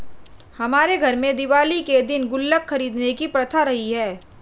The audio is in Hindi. हमारे घर में दिवाली के दिन गुल्लक खरीदने की प्रथा रही है